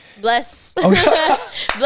Bless